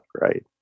right